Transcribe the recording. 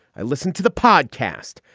i listen to the podcast.